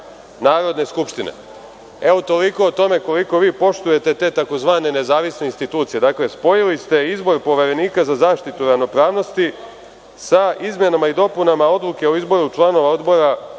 Narodne skupštine. Evo toliko o tome koliko vi poštujete te tako zvane nezavisne institucije. Dakle, spojili ste izbor Poverenika za zaštitu ravnopravnosti sa izmenama i dopunama Odluke o izboru članova odbora